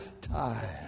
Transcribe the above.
time